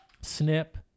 snip